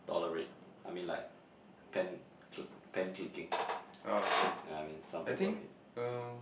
tolerate I mean like pen cl~ pen clicking you know what I mean some people hate